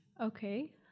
Okay